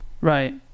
Right